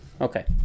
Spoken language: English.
Okay